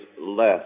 less